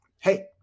Hey